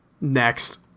Next